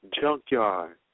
junkyard